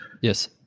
Yes